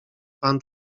pan